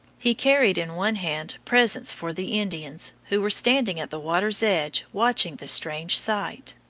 he carried in one hand presents for the indians, who were standing at the water's edge watching the strange sight.